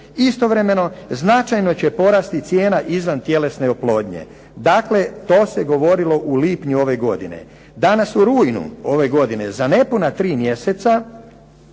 Istovremeno, značajno će porasti cijena izvantjelesna oplodnje. Dakle, to se govorilo u lipnju ove godine. Danas u rujnu ove godine za nepuna tri mjeseca